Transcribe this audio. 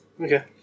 Okay